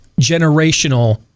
generational